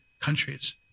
countries